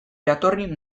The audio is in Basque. jatorri